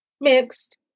Mixed